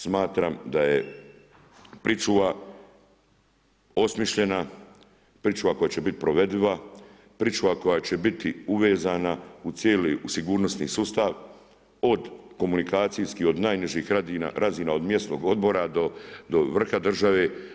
Smatram da je pričuva osmišljena, pričuva koja će biti provediva, pričuva koja će biti uvezana u cijeli, u sigurnosni sustav, od komunikacijskih, od najnižih razina, od mjesnog odbora do vrha države.